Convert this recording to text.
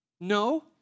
No